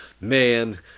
man